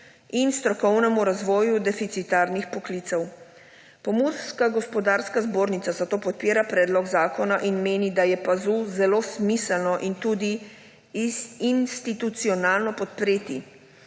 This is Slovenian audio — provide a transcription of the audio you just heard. in strokovnem razvoju deficitarnih poklicev. Pomurska gospodarska zbornica zato podpira predlog zakona in meni, da je PAZU zelo smiselno in tudi institucionalno podpreti,